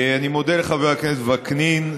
אני מודה לחבר הכנסת וקנין,